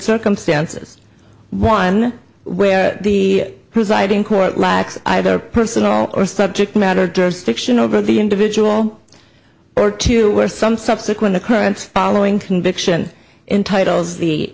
circumstances one where the presiding court lacks either personal or subject matter jurisdiction over the individual or to were some subsequent occurrence following conviction entitles the